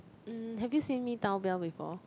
mm have you seen me down bell before